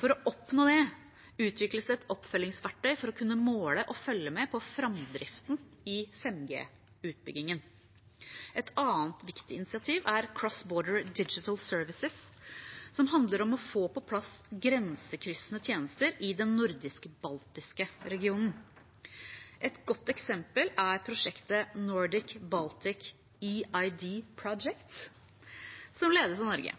For å oppnå dette utvikles det et oppfølgingsverktøy for å kunne måle og følge med på framdriften i 5G-utbyggingen. Et annet viktig initiativ er Cross Border Digital Services, som handler om å få på plass grensekryssende tjenester i den nordisk-baltiske regionen. Et godt eksempel er prosjektet Nordic-Baltic eID Project, som ledes av Norge.